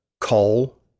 coal